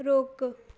रोक